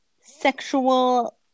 sexual